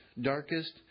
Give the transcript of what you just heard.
darkest